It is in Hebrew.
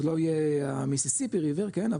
זה לא יהיה במיסיסיפי ריבר כן,